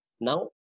now